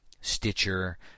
Stitcher